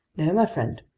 no, my friend.